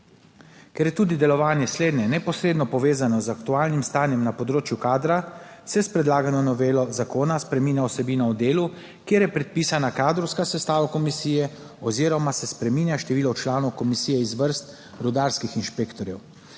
Ker je tudi delovanje slednje neposredno povezano z aktualnim stanjem na področju kadra, se s predlagano novelo zakona spreminja vsebina v delu, kjer je predpisana kadrovska sestava komisije oziroma se spreminja število članov komisije iz vrst rudarskih inšpektorjev.